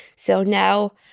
so now,